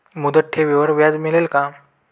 मुदत ठेवीवर व्याज मिळेल का?